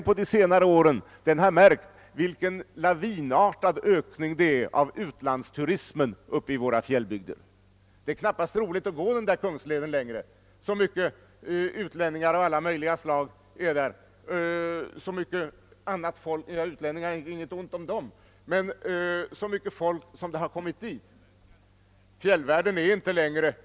Jag vet bara att man utanför verket — där det också finns sakkunnigt folk — bedömer dem en smula olika. I sådant fall skall man vara mycket försiktig med kalkylerna. Det behövs ju en mycket liten ändring av olika faktorer för att lönsamheten skall bli mycket låg. Jag återkommer på denna punkt till vad herr Häll anförde.